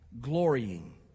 glorying